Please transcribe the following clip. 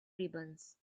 ribbons